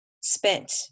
spent